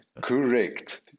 Correct